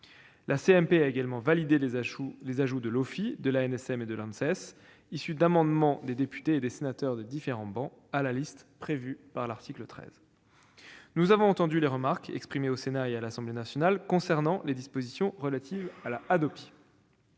a également validé les ajouts de l'OFII, de l'ANSM et de l'Anses, issus d'amendements des députés et des sénateurs de différentes sensibilités politiques, à la liste prévue par l'article 13 de la Constitution. Nous avons entendu les remarques exprimées au Sénat et à l'Assemblée nationale concernant les dispositions relatives à la Hadopi.